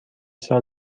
سال